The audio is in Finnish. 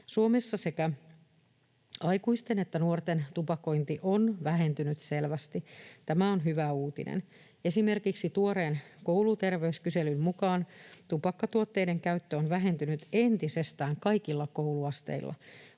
Suomessa sekä aikuisten että nuorten tupakointi on vähentynyt selvästi. Tämä on hyvä uutinen. Esimerkiksi tuoreen kouluterveyskyselyn mukaan tupakkatuotteiden käyttö on vähentynyt entisestään kaikilla kouluasteilla.